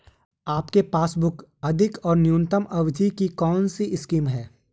आपके पासबुक अधिक और न्यूनतम अवधि की कौनसी स्कीम है?